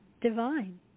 divine